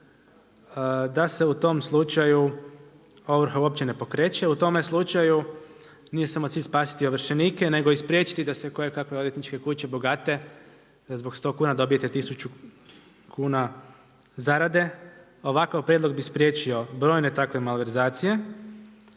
da se u tom slučaju ovrha uopće ne pokreće. U tome slučaju nije samo cilj spasiti ovršenike nego i spriječiti da se koje kakve odvjetničke kuće bogate zbog 100 kuna dobijete 1000 kuna zarade. Ovakav prijedlog bi spriječio brojne takve malverzacije